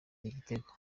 igitego